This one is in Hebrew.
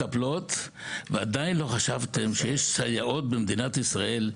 ועדיין לא חשבתם שיש סייעות במדינת ישראל,